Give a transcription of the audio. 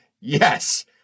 Yes